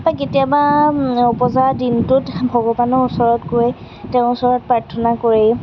কেতিয়াবা উপজা দিনটোত ভগৱানৰ ওচৰত গৈ তেওঁৰ ওচৰত প্ৰাৰ্থনা কৰি